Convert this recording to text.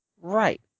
Right